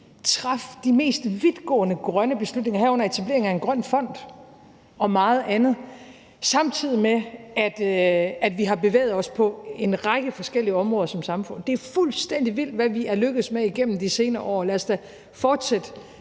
træffe de mest vidtgående grønne beslutninger, herunder etableringen af en grøn fond, og meget andet, samtidig med at vi har bevæget os på en række forskellige områder som samfund. Det er fuldstændig vildt, hvad vi er lykkedes med igennem de senere år. Lad os da fortsætte